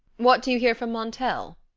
what do you hear from montel?